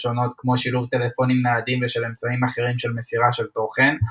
שונות כמו שילוב טלפונים ניידים ושל אמצעים אחרים של מסירה של תוכן.